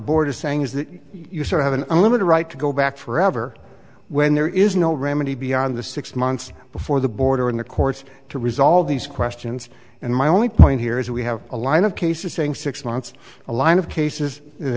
is saying is that you sir have an unlimited right to go back forever when there is no remedy beyond the six months before the border and the courts to resolve these questions and my only point here is we have a line of cases saying six months a line of cases